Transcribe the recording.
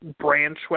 branch